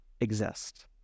exist